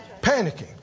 panicking